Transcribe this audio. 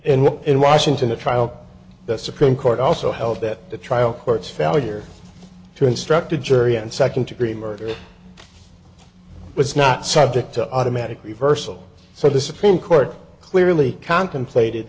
and in washington the trial the supreme court also held that the trial court's failure to instruct a jury and second degree murder was not subject to automatic reversal so the supreme court clearly contemplated